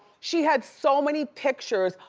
she had so many pictures,